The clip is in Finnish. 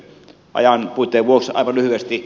ajan puutteen vuoksi aivan lyhyesti